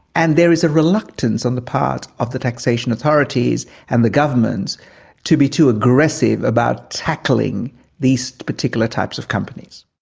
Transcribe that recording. and there is a reluctance on the part of the taxation authorities and the governments to be too aggressive about tackling these particular types of companies.